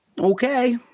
Okay